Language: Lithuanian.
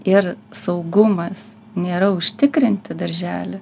ir saugumas nėra užtikrinti daržely